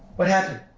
what happened?